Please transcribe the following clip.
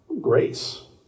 grace